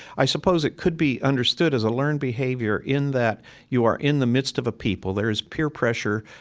i suppose it could be understood as a learned behavior in that you are in the midst of a people, there's peer pressure,